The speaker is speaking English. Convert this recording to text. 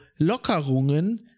Lockerungen